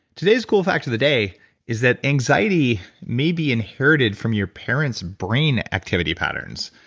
today's cool fact of the day is that anxiety may be inherited from your parents' brain activity patterns.